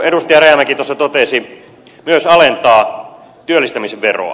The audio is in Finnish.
rajamäki tuossa totesi myös alentaa työllistämisen veroa